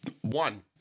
One